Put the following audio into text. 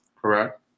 correct